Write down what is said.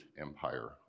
empire